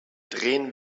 drehen